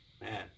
Man